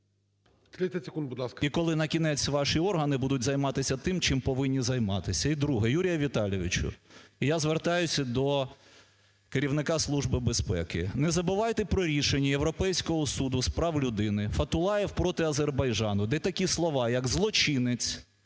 І коли накінець ваші органи будуть займатися тим, чим повинні займатись? І друге. Юрію Віталійовичу, я звертаюся до керівника Служби безпеки. Не забувайте про рішення Європейського суду з прав людини "Фатулаєв проти Азербайджану", де такі слова як "злочинець"